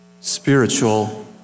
spiritual